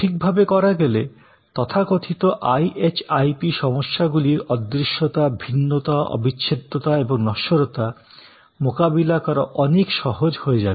সঠিকভাবে করা গেলে তথাকথিত আই এইচ আই পি সমস্যাগুলির অদৃশ্যতা ভিন্নতা অবিচ্ছেদ্যতা এবং নশ্বরতা মোকাবিলা করা অনেক সহজ হয়ে যাবে